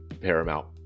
Paramount